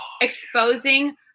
exposing